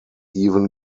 even